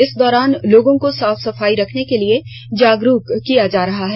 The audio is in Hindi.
इस दौरान लोगों को साफ सफाई रखने के लिए जागरूक किया जा रहा है